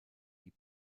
die